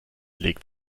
legt